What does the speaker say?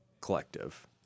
Collective